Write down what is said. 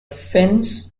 finns